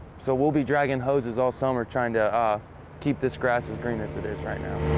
so we'll be dragging hoses all summer, trying to ah keep this grass as green as it is right now.